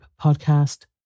Podcast